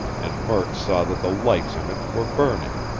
and murk saw that the lights in it were burning.